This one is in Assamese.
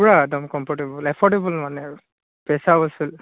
পূৰা একদম কমফৰ্টেবল এফৰ্ডেবল মানে আৰু পইচা বচুল